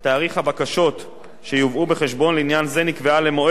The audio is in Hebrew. שיובאו בחשבון לעניין זה נקבעה למועד תחילת דיוני צוות